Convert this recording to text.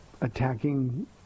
attacking